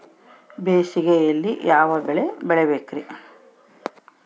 ಬೇಸಿಗೆಯಲ್ಲಿ ಯಾವ ಬೆಳೆ ಬೆಳಿಬೇಕ್ರಿ?